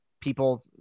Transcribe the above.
people